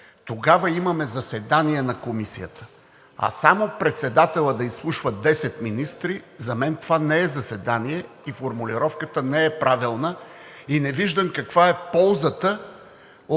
тогава имаме заседание на Комисията. А председателят сам да изслушва десет министри – за мен не е заседание, формулировката не е правилна и не виждам каква е ползата от